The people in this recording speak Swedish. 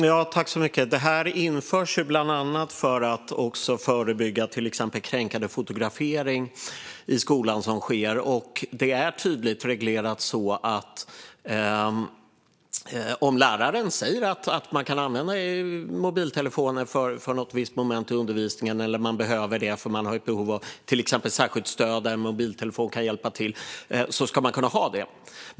Fru talman! Det här införs bland annat för att förebygga till exempel kränkande fotografering i skolan, vilket sker. Det är tydligt reglerat att om läraren säger att man kan använda mobiltelefon för ett visst moment i undervisningen eller om man behöver den som till exempel särskilt stöd och en mobiltelefon kan vara till hjälp ska man kunna göra det.